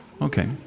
Okay